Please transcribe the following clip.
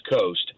coast